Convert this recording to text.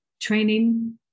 training